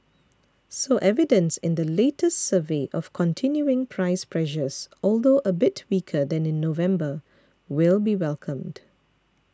so evidence in the latest survey of continuing price pressures although a bit weaker than in November will be welcomed